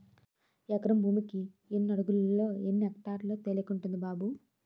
ఎకరం భూమికి ఎన్ని అడుగులో, ఎన్ని ఎక్టార్లో తెలియకుంటంది బాబూ